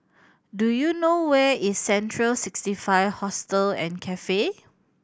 do you know where is Central Sixty Five Hostel and Cafe